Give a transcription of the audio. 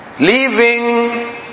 leaving